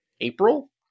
April